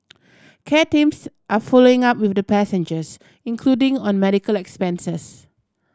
care teams are following up with the passengers including on medical expenses